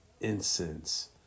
incense